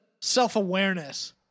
self-awareness